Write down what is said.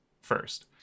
first